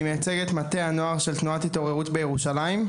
אני מייצג את מטה הנוער של תנועת ׳התעוררות׳ בירושלים,